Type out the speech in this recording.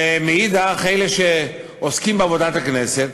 ומאידך גיסא, אלה שעוסקים בעבודת הכנסת,